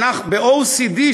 ה-OECD,